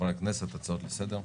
חברי הכנסת, הצעות לסדר.